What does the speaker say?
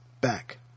back